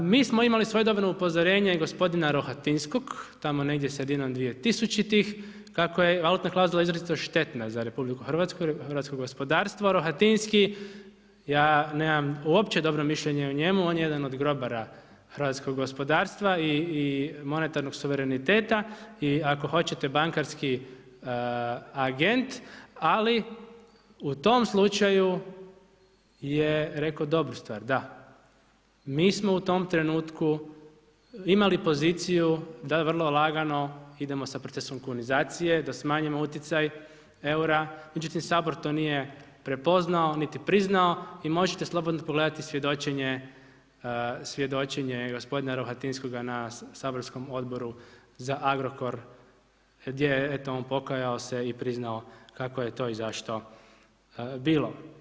Mi smo imali svojedobno upozorenje gospodina Rohatinskog, tamo negdje sredinom 2000. kako je valutna klauzula izuzetna štetna za RH, hrvatsko gospodarstvo, Rohatinski, ja nemam uopće dobro mišljenje o njemu, on je jedan od grobara hrvatskog gospodarstva i monetarnog suvereniteta i ako hoćete bankarski agent, ali u tom slučaju je rekao dobru stvar, da mi smo u tom trenutku imali poziciju da vrlo lagano idemo sa procesom kunizacije, da smanjimo utjecaj eura, međutim, Sabor to nije prepoznao niti priznao i možete slobodno pogledati svjedočenje gospodina Rohatinskoga na saborskom Odboru za Agrokor, gdje je eto, on pokajao se i priznao kako je to i zašto bilo.